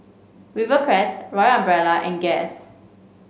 Rivercrest Royal Umbrella and Guess